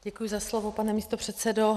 Děkuji za slovo, pane místopředsedo.